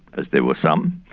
there were some,